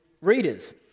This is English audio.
readers